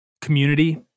community